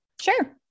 sure